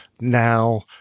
now